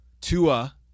Tua